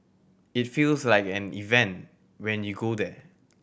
it feels like an event when you go there